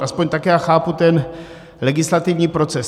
Aspoň tak já chápu ten legislativní proces.